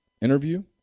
interview